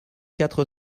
quatre